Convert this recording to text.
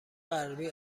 غربی